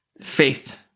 faith